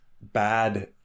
bad